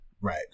Right